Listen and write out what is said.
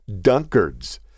Dunkards